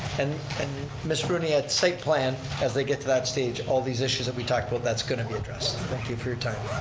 and and ms. rooney, at state plan, as they get to that stage, all these issues that we talked about, that's going to be addressed. thank you for your time.